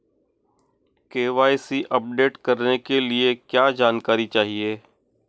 KYC update करने के लिए क्या जानकारी चाहिए?